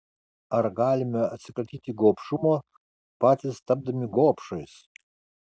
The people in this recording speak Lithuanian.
ar galime atsikratyti gobšumo patys tapdami gobšais